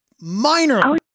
minor